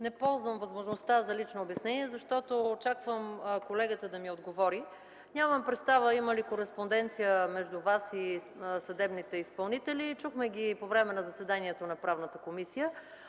Не ползвам възможността за лично обяснение, защото не очаквам колегата да ми отговори. Нямам представа има ли кореспонденция между Вас и съдебните изпълнители. Чухме ги по време на заседанието на Правната комисия,